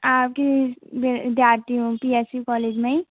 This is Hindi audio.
आपकी विद्यार्थी हूँ पी एस सी कॉलेज में ही